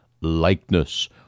likeness